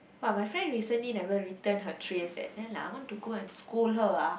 but my friend recently never return her tray eh then like I want to go and scold her ah